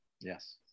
Yes